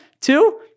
Two